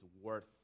worth